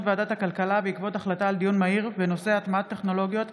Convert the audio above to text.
ועדת הכלכלה בעקבות דיון מהיר בהצעתם של